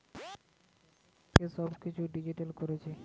এখন সরকার থেকে সব কিছু ডিজিটাল করছে